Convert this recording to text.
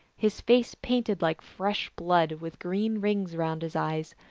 his face painted like fresh blood with green rings round his eyes,